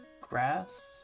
grass